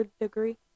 degree